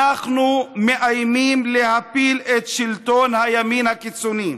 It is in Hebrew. אנחנו מאיימים להפיל את שלטון הימין הקיצוני.